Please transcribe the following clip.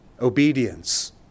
obedience